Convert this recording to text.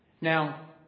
Now